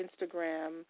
Instagram